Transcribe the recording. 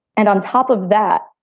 and on top of that,